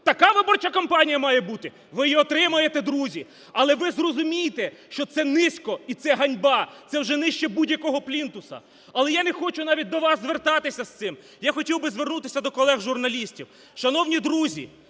Така виборча кампанія має бути? Ви її отримаєте, друзі! Але ви зрозумійте, що це – низько, і це – ганьба! Це вже нижче будь-якого плінтуса! Але я не хочу навіть до вас звертатися з цим, я хотів би звернутися до колег журналістів. Шановні друзі,